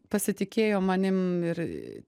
pasitikėjo manim ir